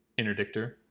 Interdictor